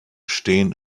stehen